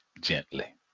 gently